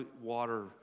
water